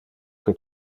que